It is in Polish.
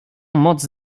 moc